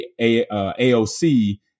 AOC